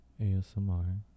ASMR